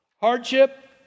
hardship